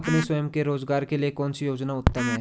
अपने स्वयं के रोज़गार के लिए कौनसी योजना उत्तम है?